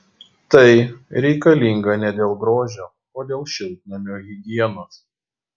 tai reikalinga ne dėl grožio o dėl šiltnamio higienos